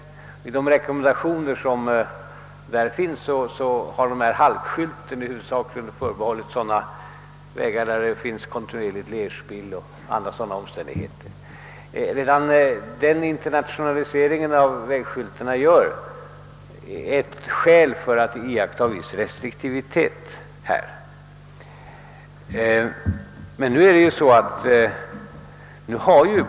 I de rekommendationer som finns har halkskylten tydligt förbehållits sådana vägar på vilka det kontinuerligt uppstår lerspill och annat dylikt. Redan den internationaliseringen av vägskyltarna är skäl nog för att iaktta en viss restriktivitet med halkskyltar.